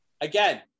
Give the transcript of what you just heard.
again